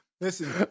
Listen